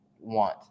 want